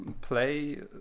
play